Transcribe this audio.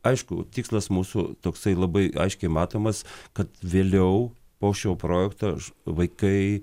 aišku tikslas mūsų toksai labai aiškiai matomas kad vėliau po šio projekto vaikai